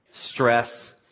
stress